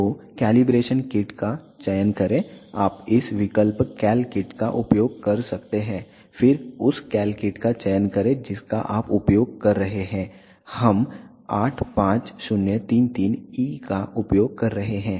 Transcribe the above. तो calibration kit का चयन करें आप इस विकल्प कैल किट का उपयोग कर सकते हैं फिर उस कैल किट का चयन करें जिसका आप उपयोग कर रहे हैं हम 85033E का उपयोग कर रहे हैं